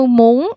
muốn